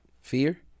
Fear